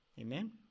Amen